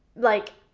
like,